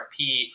RFP